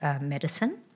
medicine